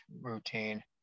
routine